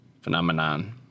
phenomenon